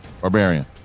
Barbarian